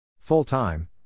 Full-time